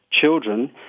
children